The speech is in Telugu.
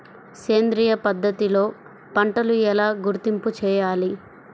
సేంద్రియ పద్ధతిలో పంటలు ఎలా గుర్తింపు చేయాలి?